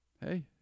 Hey